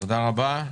תודה רבה.